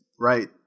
Right